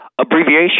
Abbreviation